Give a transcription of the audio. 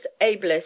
ablest